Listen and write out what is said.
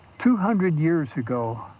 two hundred years ago,